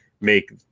make